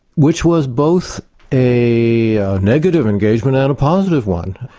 which was both a negative engagement and a positive one.